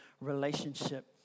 relationship